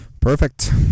Perfect